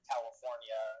California